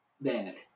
bad